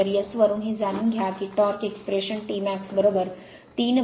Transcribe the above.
तर S वरून हे जाणून घ्या की torque expression T max3ω S0